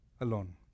alone